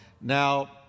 now